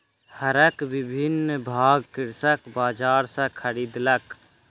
हरक विभिन्न भाग कृषक बजार सॅ खरीदलक